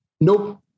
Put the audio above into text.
nope